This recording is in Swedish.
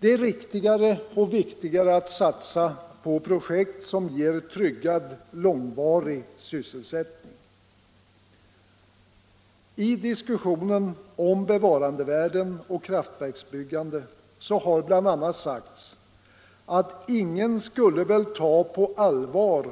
Det är riktigare och viktigare att satsa på projekt som ger tryggad, långvarig sysselsättning. I diskussionen om bevarandevärden och kraftverksbyggande har bl.a. sagts att ingen skulle väl ta på allvar